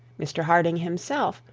mr harding himself,